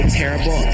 terrible